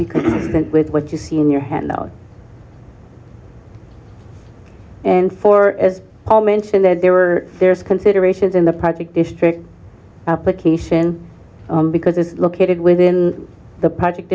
up with what you see in your hand out and for as all mention that there are there's considerations in the project district application because it's located within the project